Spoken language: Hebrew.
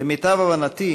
למיטב הבנתי,